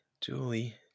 Julie